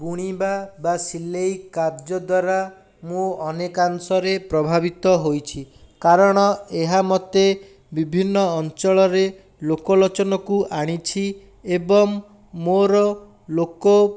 ବୁଣିବା ବା ସିଲେଇ କାର୍ଯ୍ୟ ଦ୍ୱାରା ମୁଁ ଅନେକାଂଶରେ ପ୍ରଭାବିତ ହେଇଛି କାରଣ ଏହା ମୋତେ ବିଭିନ୍ନ ଅଞ୍ଚଳରେ ଲୋକଲୋଚନକୁ ଆଣିଛି ଏବଂ ମୋର ଲୋକ